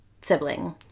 sibling